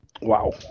Wow